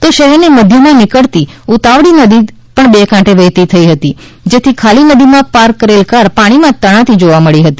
તો શહેરની મધ્યમાં નીકળતી ઉતાવળી નદી થઈ બે કાંઠે વહેતી થઈ જેથી ખાલી નદીમાં પાર્ક કરેલ કાર પાણીમાં તણાતી જોવા મડી હતી